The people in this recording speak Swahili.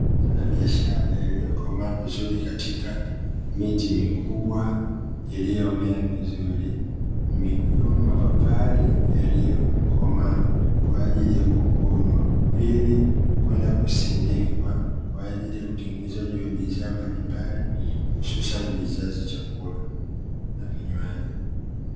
Mazao ya biashara yaliyokomaa vizuri katika miti mikubwa iliyomea vizuri, mapapai yaliyokomaa kwa ajili ya kuvunwa ili kwenda kusindikwa kwa ajili ya utengenezaji wa bidhaa mbalimbali hususani bidhaa za chakula na vinywaji.